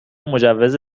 مجوز